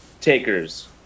takers